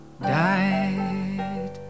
died